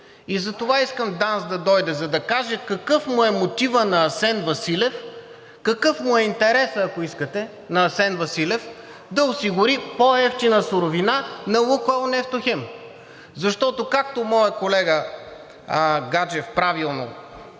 И затова искам ДАНС да дойде – за да каже какъв му е мотивът на Асен Василев, какъв му е интересът, ако искате, на Асен Василев да осигури по-евтина суровина на „Лукойл Нефтохим“. Защото, както моят колега Гаджев правилно